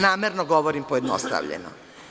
Namerno govorim pojednostavljeno.